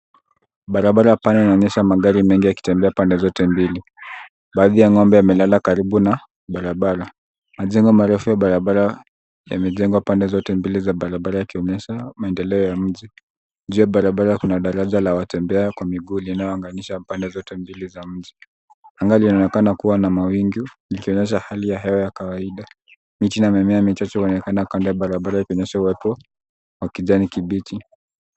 Barabara pana inaonyesha magari mengi yakitembea pande zote mbili. Baadhi ya ngombe amelala karibu na barabara. Majengo marefu ya barabara yamejengwa pande zote mbili ya barabara yakionyesha maendeleo ya mji. Juu ya barabara kuna daraja la watembea kwa miguu linalounganisha upande zote mbili za mji. Angaa linaonekana kuwa na mawingu likionyesha hali ya hewa ya kawaida. Miti na mimea michache huonekana kando ya barabara ikionyesha uwepo wa kijani kibichi.